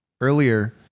earlier